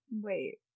Wait